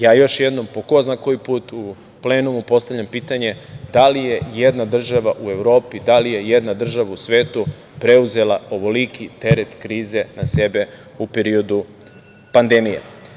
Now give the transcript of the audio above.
Ja još jednom, po ko zna koji put u plenumu, postavljam pitanje da li je i jedna država u Evropi, da li je i jedna država u svetu preuzela ovoliki teret krize na sebe u periodu pandemije.